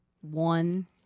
one